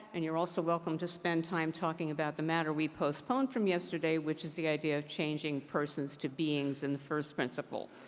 and you're also welcome to spend time talking about the matter we postpone from yesterday, which is the idea of changing persons to beings in the first principle.